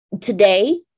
today